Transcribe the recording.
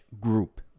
group